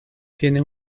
tiene